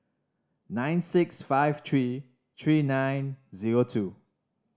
nine six five three three nine zero two